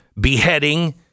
beheading